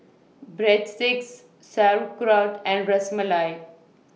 Breadsticks Sauerkraut and Ras Malai